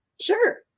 Sure